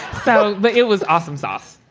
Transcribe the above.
so but it was awesome sauce